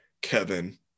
Kevin